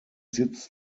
sitz